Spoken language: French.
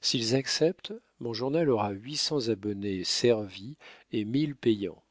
s'ils acceptent mon journal aura huit cents abonnés servis et mille payants